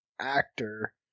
actor